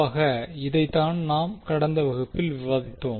ஆக இதைத்தான் நாம் கடந்த வகுப்பில் விவாதித்தோம்